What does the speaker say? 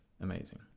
amazing